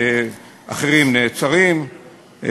אחרים נעצרים,